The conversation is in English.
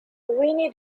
winnie